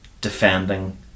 defending